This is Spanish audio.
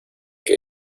que